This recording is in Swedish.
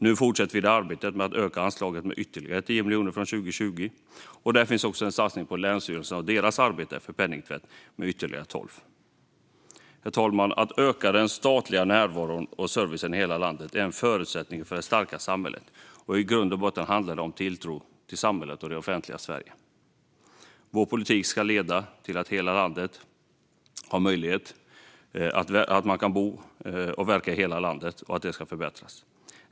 Nu fortsätter vi arbetet med att öka anslaget med ytterligare 10 miljoner från och med 2020. Det finns också en satsning om ytterligare 12 miljoner på länsstyrelserna och deras arbete mot penningtvätt. Herr talman! Att öka den statliga närvaron och servicen i hela landet är en förutsättning för det starka samhället. I grund och botten handlar det om tilltron till samhället och det offentliga Sverige. Vår politik ska leda till att man kan bo och verka i hela landet. Detta ska förbättras.